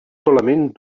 solament